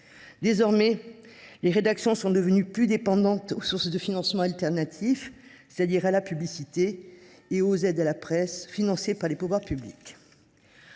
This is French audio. Désormais, les rédactions sont devenues plus dépendantes des sources de financement alternatif, c’est à dire de la publicité et des aides à la presse, financées par les pouvoirs publics.